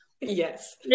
Yes